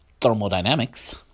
thermodynamics